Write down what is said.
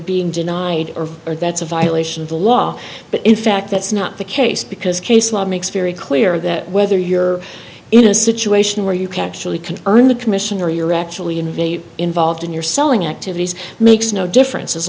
being denied or or that's a violation of the law but in fact that's not the case because case law makes very clear that whether you're in a situation where you can actually can earn the commission or you're actually in very involved in your selling activities makes no difference as